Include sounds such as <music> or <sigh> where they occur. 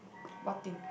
<noise> what thing